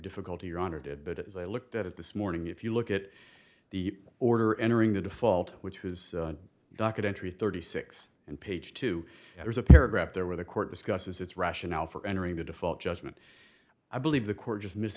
difficulty your honor did but as i looked at it this morning if you look at the order entering the default which was a documentary thirty six and page two there's a paragraph there where the court discusses its rationale for entering the default judgment i believe the court just